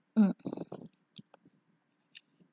um